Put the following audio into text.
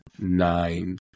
nine